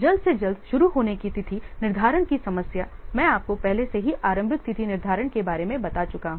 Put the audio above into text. जल्द से जल्द शुरू होने की तिथि निर्धारण की समस्या मैं आपको पहले से ही आरंभिक तिथि निर्धारण के बारे में बता चुका हूं